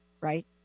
right